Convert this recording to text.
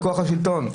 בכוח השלטון,